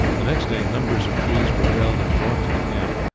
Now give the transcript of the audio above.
the next day numbers of trees were felled and brought to the camp,